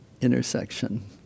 intersection